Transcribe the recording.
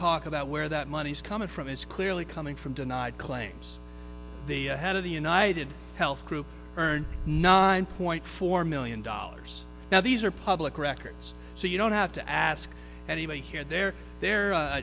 talk about where that money's coming from is clearly coming from denied claims the head of the united health group earns nine point four million dollars now these are public records so you don't have to ask anybody here they're they're